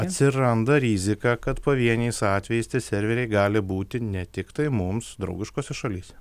atsiranda rizika kad pavieniais atvejais tie serveriai gali būti ne tiktai mums draugiškose šalyse